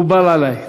מקובל עלי.